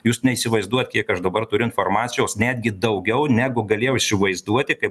jūs neįsivaizduojat kiek aš dabar turiu informacijos netgi daugiau negu galėjau įsivaizduoti kaip